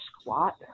squat